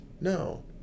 No